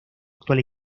actual